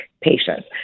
patients